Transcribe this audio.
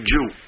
Jew